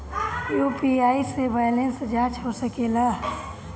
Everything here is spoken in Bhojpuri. यू.पी.आई से बैलेंस जाँच हो सके ला?